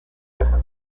test